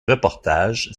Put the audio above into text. reportage